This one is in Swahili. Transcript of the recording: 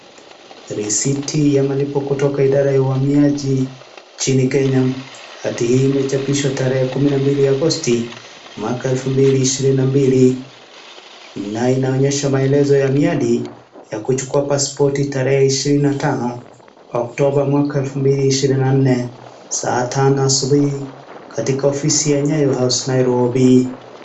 Risiti ya malipo kutoka idara ya uhamiaji nchini Kenya. Hati hii imechapishwa tarehe kumi na mbili Agosti, 2022 na inaonyesha maelezo ya miadi ya kuchukua pasipoti tarehe 25 Oktoba, 2024, saa tano asubuhi katika ofisi za Nyayo house Nairobi.